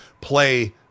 play